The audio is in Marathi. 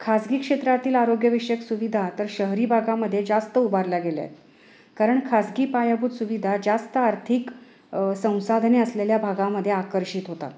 खाजगी क्षेत्रातील आरोग्यविषयक सुविधा तर शहरी भागामध्ये जास्त उभारल्या गेल्या आहेत कारण खाजगी पायाभूत सुविधा जास्त आर्थिक संसाधने असलेल्या भागामध्ये आकर्षित होतात